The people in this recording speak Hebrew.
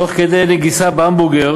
תוך כדי נגיסה בהמבורגר